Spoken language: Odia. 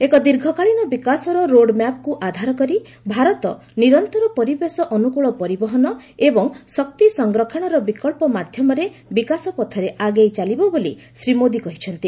ଏକ ଦୀର୍ଘକାଳୀନ ବିକାଶର ରୋଡ୍ମ୍ୟାପ୍କୁ ଆଧାର କରି ଭାରତ ନରନ୍ତର ପରିବେଶ ଅନୁକୁଳ ପରିବହନ ଏବଂ ଶକ୍ତି ସଫରକ୍ଷଣର ବିକଳ୍ପ ମାଧ୍ୟମରେ ବିକାଶପଥରେ ଆଗେଇ ଚାଲିବ ବୋଲି ଶ୍ରୀ ମୋଦି କହିଛନ୍ତି